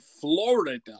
Florida